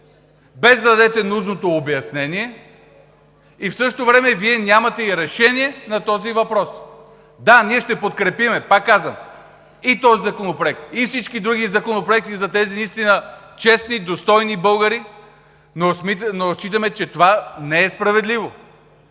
без да дадете нужното обяснение и в същото време Вие нямате и решение на този въпрос. Да, ние ще подкрепим, пак казвам, и този законопроект, и всички други законопроекти за тези наистина честни, достойни българи, но считаме, че това не е справедливо.